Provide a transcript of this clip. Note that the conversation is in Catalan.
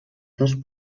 dos